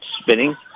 spinning